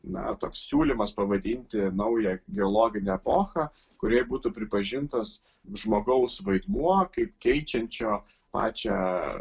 na toks siūlymas pavadinti naują geologinę epochą kurioje būtų pripažintas žmogaus vaidmuo kaip keičiančio pačią